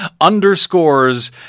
underscores